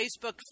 Facebook